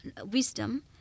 wisdom